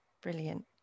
brilliant